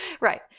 Right